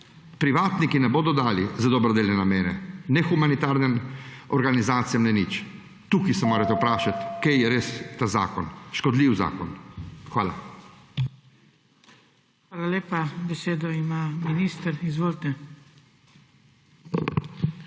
Privatniki ne bodo dali za dobrodelne namene ne humanitarnim organizacijam ne ničemur. Tukaj se morate vprašati, kaj je res ta zakon – škodljiv zakon. Hvala.